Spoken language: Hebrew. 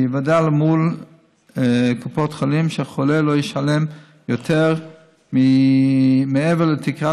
יוודא מול קופת החולים שהחולה לא ישלם מעבר לתקרת